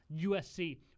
USC